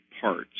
parts